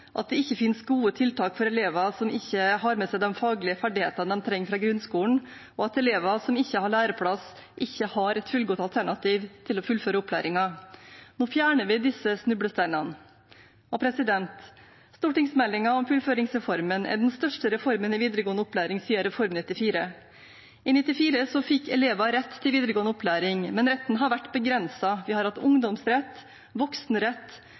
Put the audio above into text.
at det ikke finnes gode tiltak for elever som ikke har med seg de faglige ferdighetene de trenger fra grunnskolen, og at elever som ikke har læreplass, ikke har et fullgodt alternativ til å fullføre opplæringen. Nå fjerner vi disse snublesteinene. Stortingsmeldingen om fullføringsreformen er den største reformen i videregående opplæring siden Reform 94. I 1994 fikk elever rett til videregående opplæring, men retten har vært begrenset. Vi har hatt ungdomsrett, voksenrett